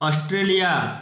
Australia